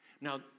Now